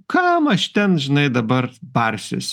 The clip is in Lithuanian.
kam aš ten žinai dabar barsiuosi